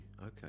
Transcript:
Okay